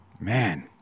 man